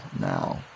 now